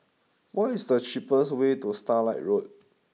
what is the cheapest way to Starlight Road